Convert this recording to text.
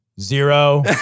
Zero